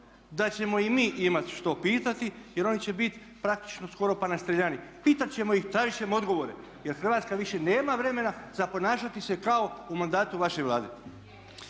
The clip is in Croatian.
da ćemo i mi imati što pitati jer oni će biti praktično skoro pa na streljani. Pitati ćemo ih, tražit ćemo odgovore jer Hrvatska više nema vremena za ponašati se kao u mandatu vaše Vlade.